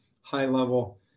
high-level